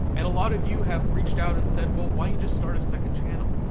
and a lot of you have reached out and said, well, why you just start a second channel?